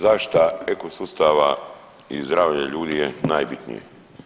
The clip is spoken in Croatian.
Zaštita eko sustava i zdravlja ljudi je najbitnija.